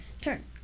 turn